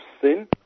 sin